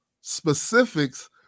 specifics